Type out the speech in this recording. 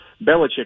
Belichick